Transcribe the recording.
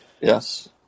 Yes